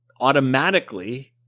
automatically